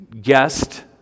guest